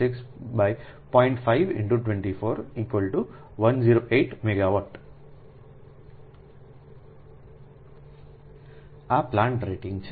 5 24 108 megawatt આ plant rating છે